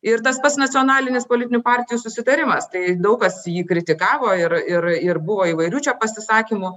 ir tas pats nacionalinis politinių partijų susitarimas tai daug kas jį kritikavo ir ir ir buvo įvairių čia pasisakymų